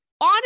on